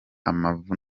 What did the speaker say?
amavu